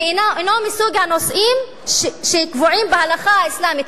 אינו מסוג הנושאים שקבועים בהלכה האסלאמית,